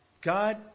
God